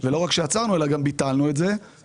ולא רק עצרנו אלא גם ביטלנו את זה וצמצמנו.